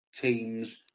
teams